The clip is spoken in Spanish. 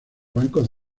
bancos